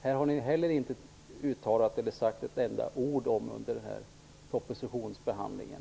Om detta har man inte sagt ett ord under behandlingen av denna proposition.